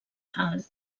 tals